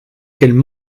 qu’elles